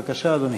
בבקשה, אדוני.